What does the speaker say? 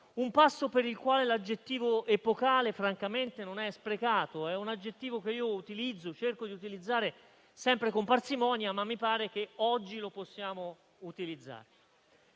un passo per il quale l'aggettivo «epocale» francamente non è sprecato: è un aggettivo che io cerco di utilizzare sempre con parsimonia, ma mi pare che oggi possiamo utilizzarlo.